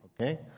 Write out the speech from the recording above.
Okay